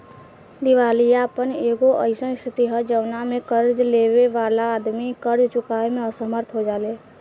दिवालियापन एगो अईसन स्थिति ह जवना में कर्ज लेबे वाला आदमी कर्ज चुकावे में असमर्थ हो जाले